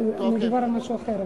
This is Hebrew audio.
מדובר על משהו אחר,